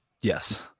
Yes